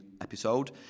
episode